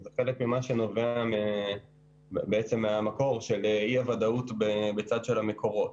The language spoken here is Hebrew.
זה חלק ממה שנובע מאי הוודאות בצד המקורות.